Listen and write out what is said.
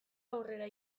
aurrera